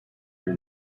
who